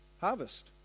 Harvest